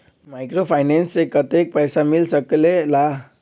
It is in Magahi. माइक्रोफाइनेंस से कतेक पैसा मिल सकले ला?